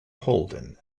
holden